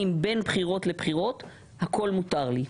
בין בחירות לבחירות הכול מותר לי.